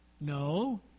No